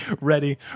ready